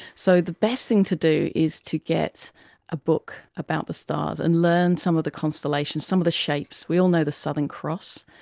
so the best thing to do is to get a book about the stars and learn some of the constellations, some of the shapes. we all know the southern cross,